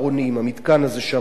המתקן הזה שם בדרום,